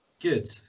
Good